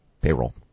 Payroll